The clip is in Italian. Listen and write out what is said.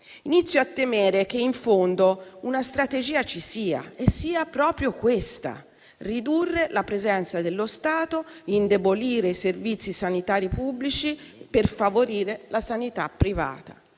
Inizio a temere che, in fondo, una strategia ci sia e sia proprio questa: ridurre la presenza dello Stato, indebolire i servizi sanitari pubblici per favorire la sanità privata.